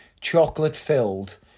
chocolate-filled